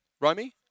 Romy